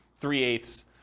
three-eighths